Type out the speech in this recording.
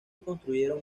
construyeron